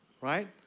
right